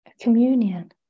communion